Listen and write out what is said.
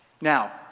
Now